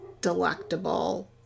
delectable